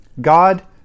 God